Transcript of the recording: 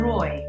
Roy